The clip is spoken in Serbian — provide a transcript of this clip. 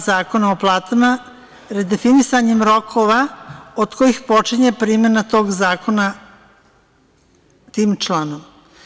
Zakona o platama, redefinisanjem rokova od kojih počinje primena tog zakona tim članom.